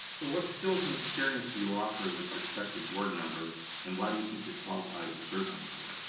so what skills and experience do you offer as a prospective board member and why do you think you're qualified to serve on the board?